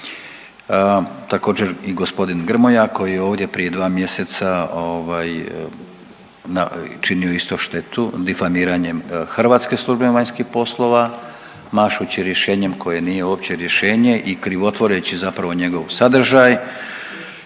Također i gospodin Grmoja koji je ovdje prije 2 mjeseca ovaj činio isto štetu difamiranjem hrvatske službe vanjskih poslova mašući rješenjem koje nije uopće rješenje i krivotvoreći zapravo njegov sadržaj.